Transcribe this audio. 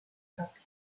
propia